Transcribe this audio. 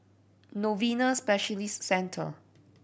Novena Specialist Centre